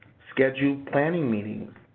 schedule planning meetings.